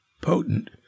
potent